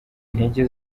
intege